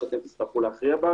שתצטרכו להכריע בה,